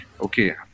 okay